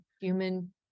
human